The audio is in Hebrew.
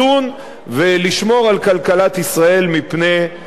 ולשמור על כלכלת ישראל מפני התפרקות.